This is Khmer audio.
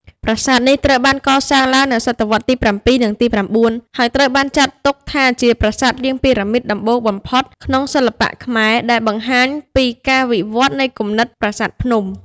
ប្រាសាទនេះត្រូវបានកសាងឡើងនៅសតវត្សរ៍ទី៧ និងទី៩ ហើយត្រូវបានចាត់ទុកថាជាប្រាសាទរាងពីរ៉ាមីតដំបូងបំផុតក្នុងសិល្បៈខ្មែរ ដែលបង្ហាញពីការវិវត្តន៍នៃគំនិត "ប្រាសាទភ្នំ"។